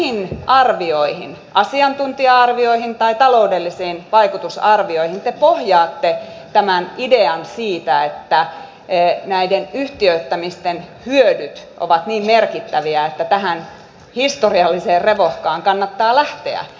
mihin arvioihin asiantuntija arvioihin tai taloudellisiin vaikutusarvioihin te pohjaatte tämän idean siitä että näiden yhtiöittämisten hyödyt ovat niin merkittäviä että tähän historialliseen revohkaan kannattaa lähteä